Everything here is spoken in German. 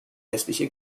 westliche